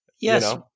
Yes